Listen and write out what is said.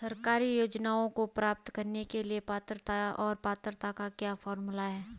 सरकारी योजनाओं को प्राप्त करने के लिए पात्रता और पात्रता का क्या फार्मूला है?